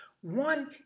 One